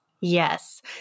Yes